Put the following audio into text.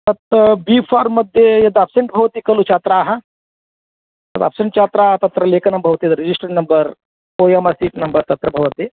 तत् बी फार्म्मध्ये यद् अब्सेण्ट् भवति खलु छात्राः तद्ब्सेण्ट् च छात्राः तत्र लेखनं भवति registered number O M R स नम्बर् तत्र भवति